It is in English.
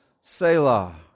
Selah